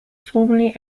formerly